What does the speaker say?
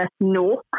No